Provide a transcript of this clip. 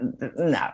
No